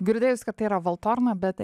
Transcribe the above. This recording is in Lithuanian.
girdėjus kad tai yra valtorna bet